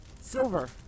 Silver